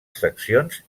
seccions